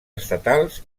estatals